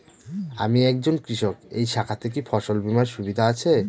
আমি একজন কৃষক এই শাখাতে কি ফসল বীমার সুবিধা আছে?